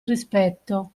rispetto